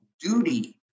duty